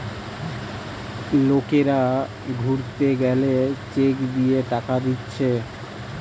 লোকরা ঘুরতে গেলে চেক দিয়ে টাকা দিচ্ছে